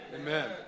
Amen